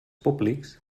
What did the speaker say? públics